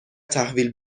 تحویل